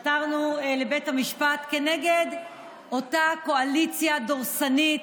עתרנו לבית המשפט כנגד אותה קואליציה דורסנית,